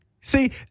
See